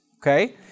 okay